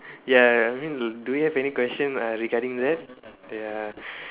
ya I mean do we have any question uh regarding that err